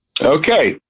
Okay